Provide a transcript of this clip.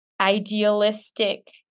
idealistic